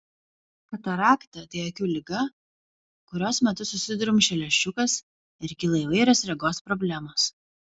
katarakta tai akių liga kurios metu susidrumsčia lęšiukas ir kyla įvairios regos problemos